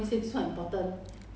I thought tonight you doing payroll